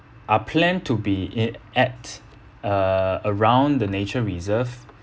are planed to be in at uh around the nature reserve